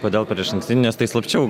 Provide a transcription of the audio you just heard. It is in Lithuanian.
kodėl per išankstinį nes tai slapčiau